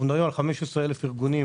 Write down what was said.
אנחנו מדברים על 15 אלף ארגונים,